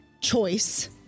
choice